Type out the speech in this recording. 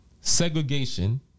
Segregation